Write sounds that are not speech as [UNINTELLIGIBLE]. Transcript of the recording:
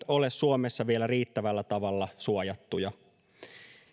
[UNINTELLIGIBLE] ole suomessa vielä riittävällä tavalla suojattu jo [UNINTELLIGIBLE] [UNINTELLIGIBLE] [UNINTELLIGIBLE]